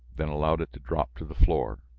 then allowed it to drop to the floor.